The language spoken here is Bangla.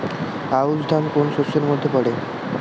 আউশ ধান কোন শস্যের মধ্যে পড়ে?